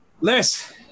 Liz